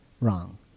Wrong